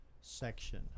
section